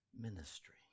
Ministry